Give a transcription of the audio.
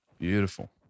beautiful